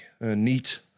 neat